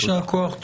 יישר כוח,